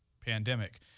pandemic